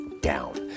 down